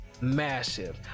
massive